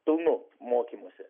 pilnu mokymusi